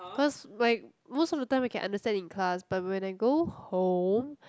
cause like most of the time I can understand in class but when I go home